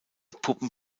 puppen